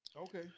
Okay